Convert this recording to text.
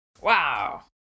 Wow